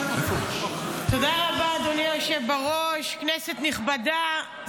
תודה רבה, אדוני היושב בראש, כנסת נכבדה.